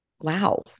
wow